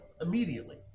immediately